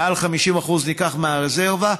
מעל 50% נלקח מהרזרבה,